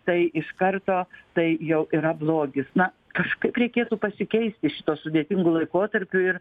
tai iš karto tai jau yra blogis na kažkaip reikėtų pasikeisti šituo sudėtingu laikotarpiu ir